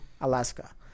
Alaska